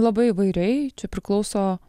labai įvairiai čia priklauso